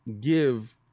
give